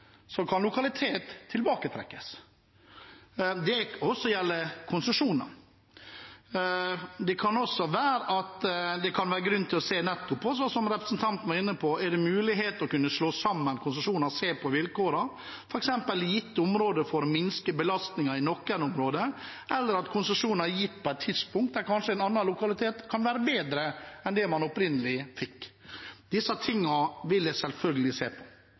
så kan en lokalitet tilbaketrekkes. Det kan også gjelde konsesjoner. Det kan også være grunn til – som representanten var inne på – å se på muligheten for å slå sammen konsesjoner og se på vilkårene, for f.eks. i gitte områder å minske belastningen, eller fordi konsesjoner er gitt på et tidspunkt da en annen lokalitet kanskje kunne være bedre enn den man opprinnelig fikk. Dette vil jeg selvfølgelig se på.